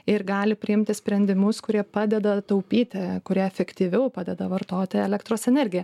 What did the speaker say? ir gali priimti sprendimus kurie padeda taupyti kurie efektyviau padeda vartoti elektros energiją